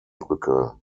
brücke